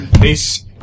Peace